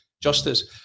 justice